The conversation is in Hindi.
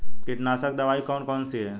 कीटनाशक दवाई कौन कौन सी हैं?